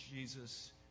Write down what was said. Jesus